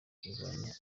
kurwanya